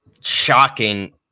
shocking